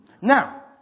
Now